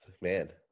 man